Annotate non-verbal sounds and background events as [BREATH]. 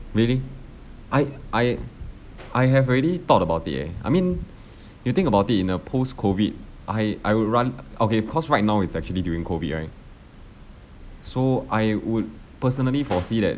maybe I I I have already thought about it eh I mean [BREATH] you think about it in a post COVID I I would run okay cause right now it's actually during COVID right so I would personally foresee that